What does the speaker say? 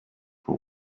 for